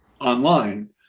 online